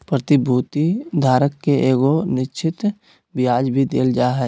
प्रतिभूति धारक के एगो निश्चित ब्याज भी देल जा हइ